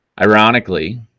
Ironically